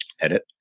edit